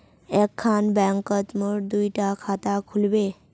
एक खान बैंकोत मोर दुई डा खाता खुल बे?